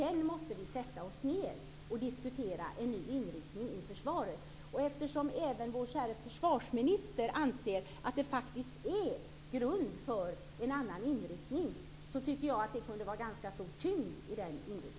Sedan måste vi sätta oss ned och diskutera en ny inriktning för försvaret. Eftersom även vår käre försvarsminister anser att det faktiskt finns grund för en annan inriktning tycker jag att den inriktningen får ganska stor tyngd.